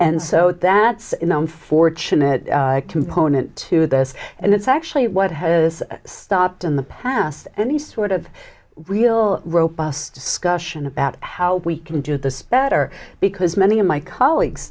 and so that's an unfortunate component to this and it's actually what has stopped in the past any sort of real robust discussion about how we can do this better because many of my colleagues